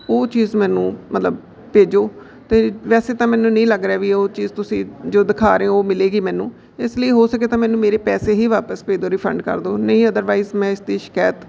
ਉਹ ਚੀਜ਼ ਮੈਨੂੰ ਮਤਲਬ ਭੇਜੋ ਅਤੇ ਵੈਸੇ ਤਾਂ ਮੈਨੂੰ ਨਹੀਂ ਲੱਗ ਰਿਹਾ ਵੀ ਉਹ ਚੀਜ਼ ਤੁਸੀਂ ਜੋ ਦਿਖਾ ਰਹੇ ਹੋ ਉਹ ਮਿਲੇਗੀ ਮੈਨੂੰ ਇਸ ਲਈ ਹੋ ਸਕੇ ਤਾਂ ਮੈਨੂੰ ਮੇਰੇ ਪੈਸੇ ਹੀ ਵਾਪਸ ਭੇਜ ਦਿਉ ਰਿਫੰਡ ਕਰ ਦਿਉ ਨਹੀਂ ਅਦਰਵਾਈਜ਼ ਮੈਂ ਇਸ ਦੀ ਸ਼ਿਕਾਇਤ